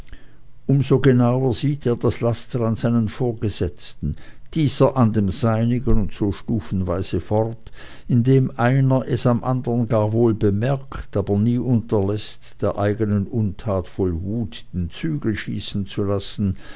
so genauer sieht er das laster an seinem vorgesetzten dieser an dem seinigen und so stufenweise fort indem einer es am andern gar wohl bemerkt aber nie unterläßt der eigenen unart voll wut den zügel schießen zu lassen